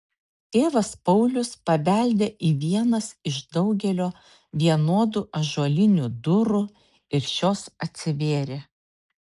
tėvas paulius pabeldė į vienas iš daugelio vienodų ąžuolinių durų ir šios atsivėrė